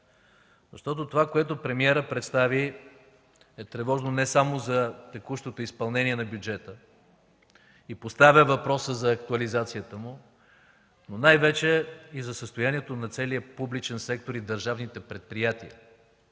защото това, което премиерът представи, е тревожно не само за текущото изпълнение на бюджета и поставя въпроса за актуализацията му, но най-вече и за състоянието на целия публичен сектор и държавните предприятия,